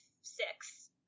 six